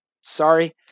Sorry